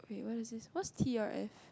what is this what's T_R_F